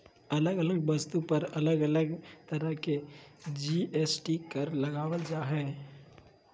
अलग अलग वस्तु पर अलग अलग तरह के जी.एस.टी कर लगावल जा हय